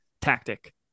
tactic